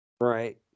Right